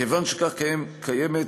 כיוון שכך, קיימת